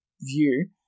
view